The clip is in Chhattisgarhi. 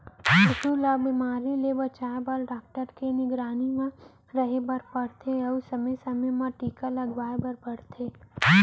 पसू ल बेमारी ले बचाए बर डॉक्टर के निगरानी म रहें ल परथे अउ समे समे म टीका लगवाए बर परथे